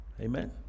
Amen